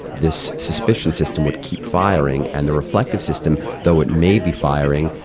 this suspicion system would keep firing, and the reflective system, though it may be firing,